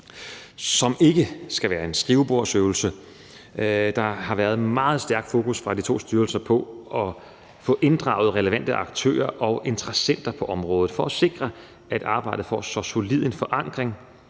som ikke skal være en skrivebordsøvelse. Kl. 12:27 Der har været et meget stærkt fokus fra de to styrelser på at få inddraget relevante aktører og interessenter på området for at sikre, at arbejdet får så solid en forankring